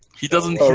he doesn't